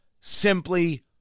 simply